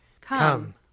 Come